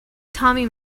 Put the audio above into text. tommy